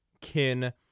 kin